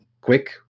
quick